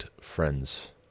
friends